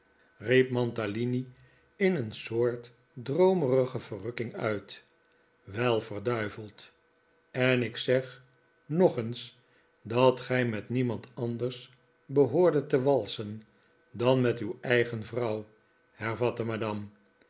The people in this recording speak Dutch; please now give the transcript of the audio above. mantalini in een soort droomerige verrukking uit wel verduiveld en ik zeg nog eens dat gij met niemand anders behoorde te walsen dan met uw eigen vrouw hervatte madame